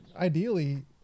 ideally